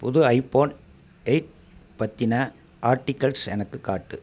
புது iPhone eight பற்றின articles எனக்குக் காட்டு